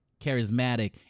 charismatic